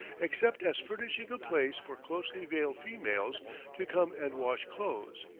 except as furnishing a place for closely-veiled females to come and wash clothes,